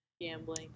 gambling